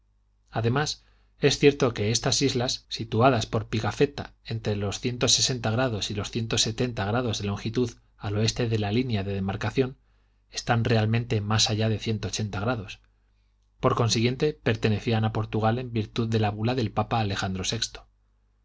además es cierto que estas islas situadas por pigafetta entre los grados y grados de longitud al oeste de la línea de demarcación están realmente más allá de grados por consiguiente pertenecían a portugal en virtud de la bula del papa alejandro